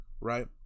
right